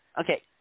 Okay